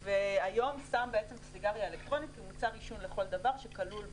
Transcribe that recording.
החוק שם היום סיגריה אלקטרונית כמוצר עישון לכל דבר שכלול בחוק.